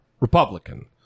Republican